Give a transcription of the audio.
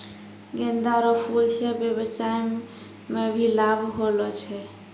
गेंदा रो फूल से व्यबसाय मे भी लाब होलो छै